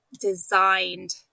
designed